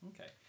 Okay